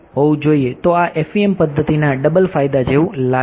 તો આ FEM પદ્ધતિના ડબલ ફાયદા જેવું લાગે છે